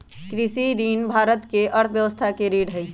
कृषि ऋण भारत के अर्थव्यवस्था के रीढ़ हई